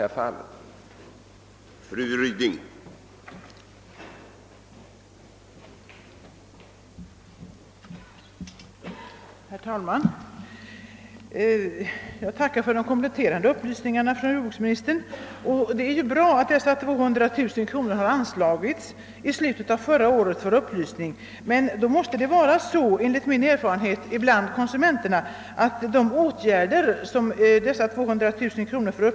gjort i i detta fall.